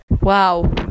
Wow